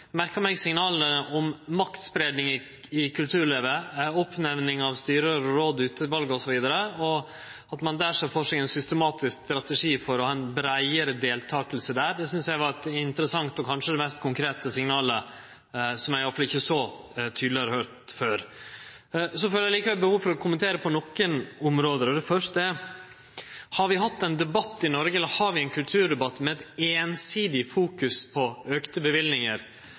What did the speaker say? merka meg f.eks. signala om maktspreiing i kulturlivet og oppnemning av styrer, råd, utval osv., og at ein ser for seg ein systematisk strategi for å ha ei breiare deltaking der. Det synest eg var eit interessant og kanskje det mest konkrete signalet, og som eg i alle fall ikkje så tydeleg har høyrt før. Eg har likevel behov for å kommentere på nokre område. Det første er: Har vi ein kulturdebatt i Noreg med eit einsidig fokus på